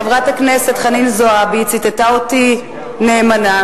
חברת הכנסת חנין זועבי ציטטה אותי נאמנה,